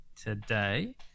today